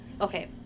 okay